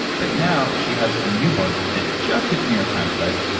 but now, she has a new book that just hit the new york times list.